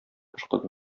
ышкыды